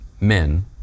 men